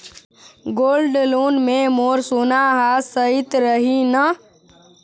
Gold loan मे मोर सोना हा सइत रही न?